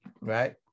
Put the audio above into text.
right